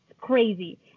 crazy